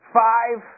five